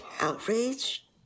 outrage